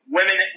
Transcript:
women